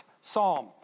Psalm